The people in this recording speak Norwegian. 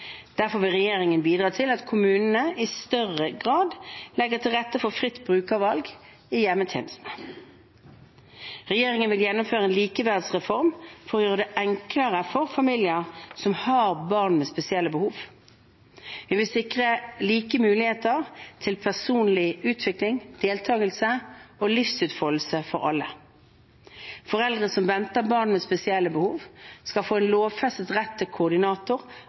Derfor vil regjeringen bidra til at kommunene i større grad legger til rette for fritt brukervalg i hjemmetjenestene. Regjeringen vil gjennomføre en likeverdsreform for å gjøre det enklere for familier som har barn med spesielle behov. Vi vil sikre like muligheter til personlig utvikling, deltakelse og livsutfoldelse for alle. Foreldre som venter barn med spesielle behov, skal få en lovfestet rett til koordinator